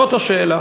זאת השאלה.